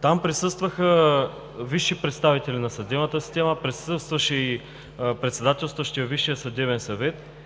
Там присъстваха висши представители на съдебната система. Присъстваше и председателстващият Висшия съдебен съвет.